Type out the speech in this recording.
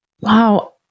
Wow